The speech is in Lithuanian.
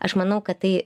aš manau kad tai